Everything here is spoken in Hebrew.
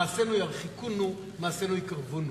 מעשינו ירחיקונו, מעשינו יקרבונו,